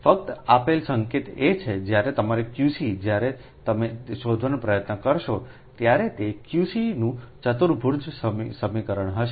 ફક્ત આપેલ સંકેત એ છે કે જ્યારે તમારો Qc જ્યારે તમે તે શોધવાનો પ્રયત્ન કરશો ત્યારે તે QC નું ચતુર્ભુજ સમીકરણ હશે